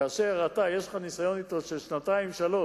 כאשר יש לך ניסיון אתו, של שנתיים-שלוש,